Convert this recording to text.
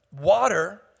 Water